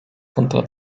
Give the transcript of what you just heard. contra